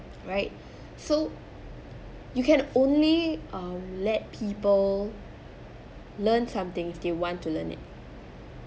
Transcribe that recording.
right so you can only uh let people learn something they want to learn it